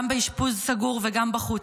-- גם באשפוז סגור וגם בחוץ.